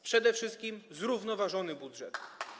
Przede wszystkim zrównoważony budżet.